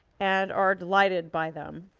and are delighted by them.